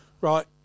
right